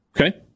Okay